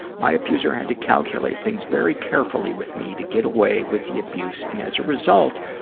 my abuser had to calculate things very carefully with me to get away with the abuse and as a result,